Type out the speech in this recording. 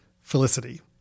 Felicity